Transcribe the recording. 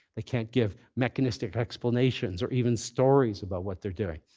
they can't give mechanistic explanations or even stories about what they're doing.